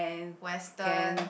Western